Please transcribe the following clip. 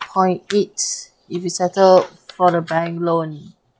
point eight if you settle for the bank loan